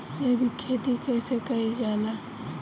जैविक खेती कईसे कईल जाला?